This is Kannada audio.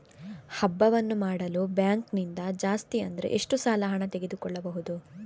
ಹಬ್ಬವನ್ನು ಮಾಡಲು ಬ್ಯಾಂಕ್ ನಿಂದ ಜಾಸ್ತಿ ಅಂದ್ರೆ ಎಷ್ಟು ಸಾಲ ಹಣ ತೆಗೆದುಕೊಳ್ಳಬಹುದು?